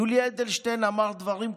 יולי אדלשטיין אמר דברים קשים,